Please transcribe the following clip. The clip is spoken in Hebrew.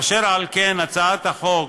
אשר על כן, הצעת החוק